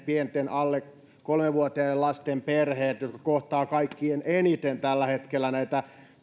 ja pienten alle kolmevuotiaiden lasten perheet jotka kohtaavat kaikkein eniten tällä hetkellä näitä